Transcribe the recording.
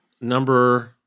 Number